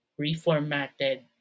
reformatted